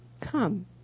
Come